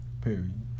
Period